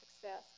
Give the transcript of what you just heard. success